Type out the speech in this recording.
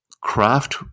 craft